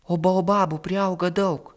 o baobabų priauga daug